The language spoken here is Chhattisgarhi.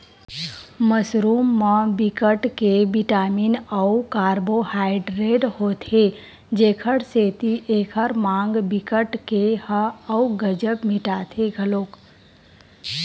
मसरूम म बिकट के बिटामिन अउ कारबोहाइडरेट होथे जेखर सेती एखर माग बिकट के ह अउ गजब मिटाथे घलोक